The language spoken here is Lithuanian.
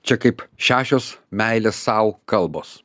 čia kaip šešios meilės sau kalbos